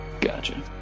Gotcha